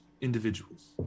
individuals